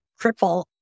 cripple